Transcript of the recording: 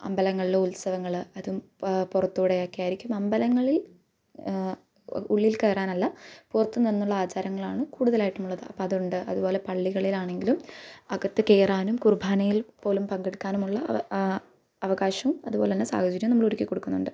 അമ്പലങ്ങളിൽ ഉത്സവങ്ങൾ അതും പുറത്തുകൂടെയൊക്കെ ആയിരിക്കും അമ്പലങ്ങളിൽ ഉള്ളിൽ കയറാനല്ല പുറത്ത് നിന്നുള്ള ആചാരങ്ങളാണ് കൂടുതലായിട്ടുമുള്ളത് അപ്പം അതുണ്ട് അതേപോലെ പള്ളികളിലാണെങ്കിലും അകത്ത് കയറാനും കുർബാനയിൽ പോലും പങ്കെടുക്കാനുമുള്ള അവകാശം അതുപോലെതന്നെ സാഹചര്യവും നമ്മള്ളൊരുക്കി കൊടുക്കുന്നുണ്ട്